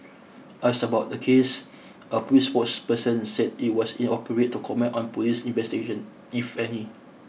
asked about the case a police spokesperson said it was inappropriate to comment on police investigations if any